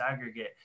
aggregate